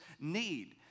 need